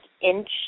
inch